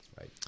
Right